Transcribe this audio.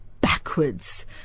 backwards